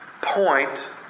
point